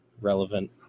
relevant